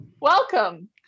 Welcome